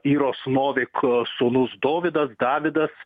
iros noviko sūnus dovydas davidas